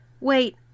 wait